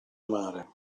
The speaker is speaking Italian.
amare